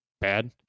bad